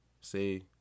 say